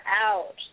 out